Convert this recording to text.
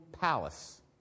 palace